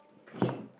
yishun